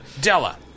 Della